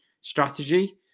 strategy